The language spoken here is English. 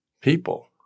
people